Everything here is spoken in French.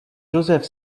josef